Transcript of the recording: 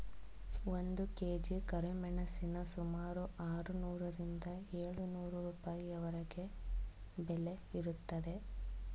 ಒಂದು ಕೆ.ಜಿ ಕರಿಮೆಣಸಿನ ಸುಮಾರು ಆರುನೂರರಿಂದ ಏಳು ನೂರು ರೂಪಾಯಿವರೆಗೆ ಬೆಲೆ ಇರುತ್ತದೆ